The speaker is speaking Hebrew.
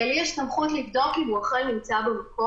ולי יש סמכות לבדוק אם הוא אכן נמצא במקום.